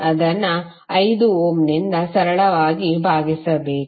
ಅದನ್ನು 5 ಓಮ್ನಿಂದ ಸರಳವಾಗಿ ಭಾಗಿಸಬೇಕು